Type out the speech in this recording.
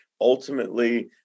ultimately